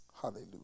Hallelujah